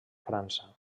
frança